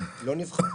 לא נבחר,